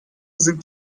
sind